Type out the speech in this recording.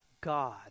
God